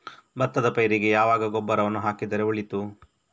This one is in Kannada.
ಭತ್ತದ ಪೈರಿಗೆ ಯಾವಾಗ ಗೊಬ್ಬರವನ್ನು ಹಾಕಿದರೆ ಒಳಿತು?